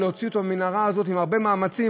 ולהוציא אותו מהמנהרה הזו בהרבה מאמצים.